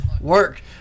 work